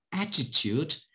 attitude